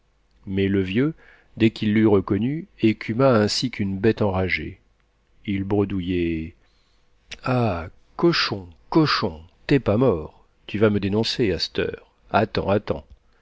mais le vieux dès qu'il l'eut reconnu écuma ainsi qu'une bête enragée il bredouillait ah cochon cochon t'es pas mort tu vas me dénoncer à c't'heure attends attends